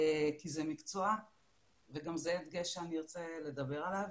זה מקצוע וגם זה הדגש שאני ארצה לדבר עליו.